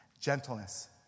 gentleness